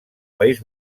país